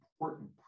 Important